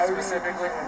Specifically